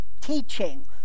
teaching